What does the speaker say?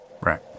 right